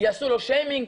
יעשו לו שיימינג,